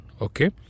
okay